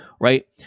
right